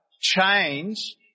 change